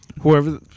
Whoever